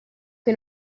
che